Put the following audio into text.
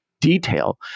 detail